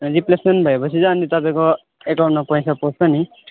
replacement भएपछि चाहिँ अनि तपाईँको एकाउन्टमा पैसा पस्छ नि